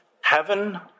Heaven